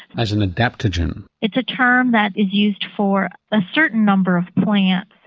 as an adaptogen? it's a term that is used for a certain number of plants,